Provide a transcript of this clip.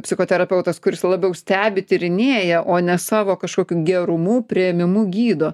psichoterapeutas kuris labiau stebi tyrinėja o ne savo kažkokiu gerumu priėmimu gydo